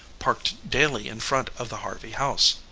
parked daily in front of the harvey house.